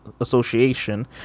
association